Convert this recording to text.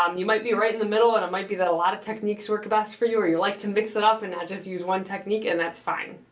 um you might be right in the middle and it might be that a lot of techniques work best for you, or you like to mix it up and not just use one technique, and that's fine.